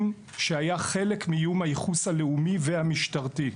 שהיה חלק מאיום הייחוס הלאומי והמשטרתי.